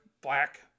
black